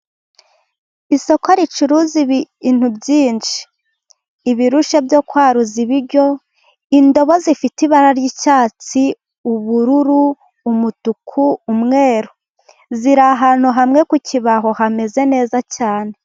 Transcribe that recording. Isoko ricuruza ibintu byinshi. Ibirushe byo kwaruza ibiryo, indobo zifite ibara ry'icyatsi, ubururu, umutuku, umweru. Ziri ahantu hamwe ku kibaho hameze neza cyane.